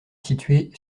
située